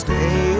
Stay